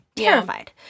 terrified